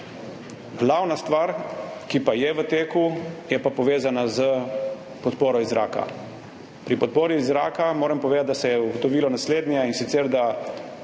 Glavna stvar, ki pa je v teku, pa je povezana s podporo iz zraka. Pri podpori iz zraka moram povedati, da se je ugotovilo naslednje, in sicer, da